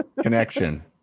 connection